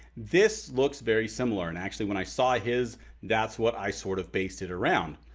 this looks very similar. and actually when i saw his that's what i sort of based it around.